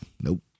Nope